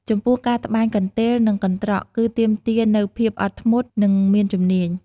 ចំពោះ ការត្បាញកន្ទេល និងកន្ត្រកគឺទាមទារនូវភាពអត់ធ្មត់ និងមានជំនាញ។